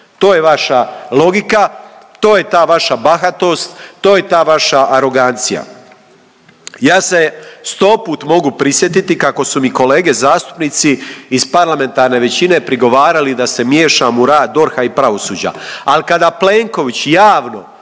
To je vaša logika, to je ta vaša bahatost, to je ta vaša arogancija. Ja se stoput mogu prisjetiti kako su mi kolege zastupnici iz parlamentarne većine prigovarali da se miješam u rad DORH-a i pravosuđa. Al kada Plenković javno